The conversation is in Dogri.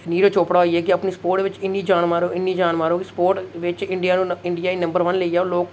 नीरज चौपड़ा होई गे कि अपनी स्पोर्ट्स च इन्नी जान मारो इन्नी जान मारो कि स्पोर्ट् बिच इंडिया गी नंबर वन लेई आओ लोग